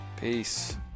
Peace